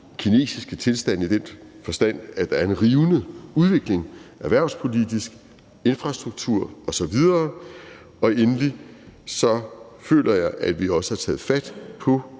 kinesiske tilstande i den forstand, at der er en rivende udvikling erhvervspolitisk, med hensyn til infrastruktur osv. Og endelig føler jeg også, at vi har taget på